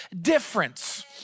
difference